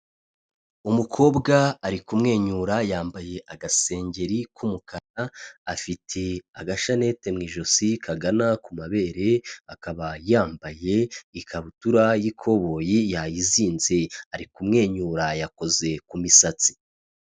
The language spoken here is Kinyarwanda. Umukobwa ari kumwenyura yambaye agasengeri k'umukara, afite agashanete mu ijosi kagana ku mabere, akaba yambaye ikabutura y'ikoboyi, yayizinze, ari kumwenyura yakoze ku misatsi.